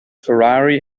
ferrari